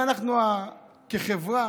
אנחנו כחברה